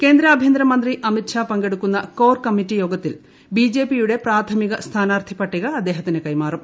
കേന്ദ്ര ആഭ്യന്തരമന്ത്രി അമിത്ഷാ പങ്കെടുക്കുന്ന കോർ കമ്മിറ്റിയോഗത്തിൽ ബിജെപിയുടെ പ്രാഥമിക സ്ഥാനാർത്ഥിപട്ടിക അദ്ദേഹത്തിന് കൈമാറും